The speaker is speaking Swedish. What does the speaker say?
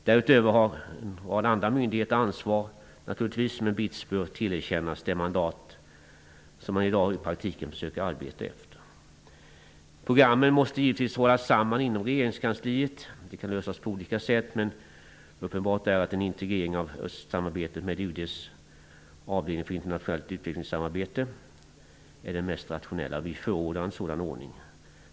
Därutöver har naturligtvis en rad andra myndigheter ansvar, men BITS bör tillerkännas det mandat som man i dag i praktiken försöker arbeta efter. Programmen måste givetvis hållas samman inom regeringskansliet. Det kan lösas på olika sätt, men uppenbart är att en integrering av östsamarbetetet med UD:s avdelning för internationellt utvecklingssamarbete är det mest rationella. Vi förordar en sådan ordning.